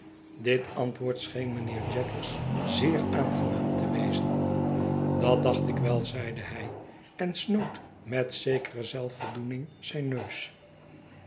dit antwoord scheen mijnheer jaggers zeer aangenaam te wezen dat dacht ik wel zeide hij en snoot met zekere zelfvoldoening zijn neus